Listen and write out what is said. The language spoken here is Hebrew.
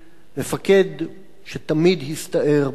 מפקד שתמיד הסתער בראש חייליו,